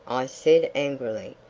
i said angrily,